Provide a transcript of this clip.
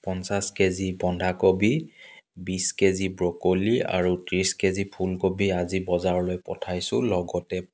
পঞ্চাছ কেজি বন্ধাকবি বিছ কেজি ব্ৰকলি আৰু ত্ৰিছ কেজি ফুলকবি আজি বজাৰলৈ পঠাইছোঁ লগতে